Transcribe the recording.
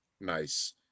nice